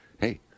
Hey